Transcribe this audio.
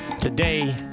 Today